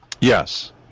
Yes